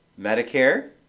Medicare